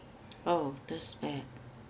oh that's bad